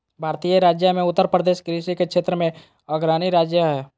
भारतीय राज्य मे उत्तरप्रदेश कृषि के क्षेत्र मे अग्रणी राज्य हय